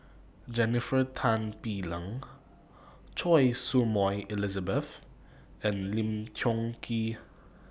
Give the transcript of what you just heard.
Jennifer Tan Bee Leng Choy Su Moi Elizabeth and Lim Tiong Ghee